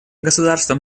государствам